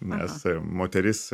nes moteris